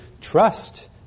trust